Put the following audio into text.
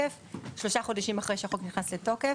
שלושה חודשים אחרי שהחוק נכנס לתוקף,